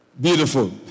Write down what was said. Beautiful